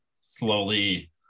slowly